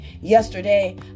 Yesterday